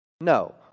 No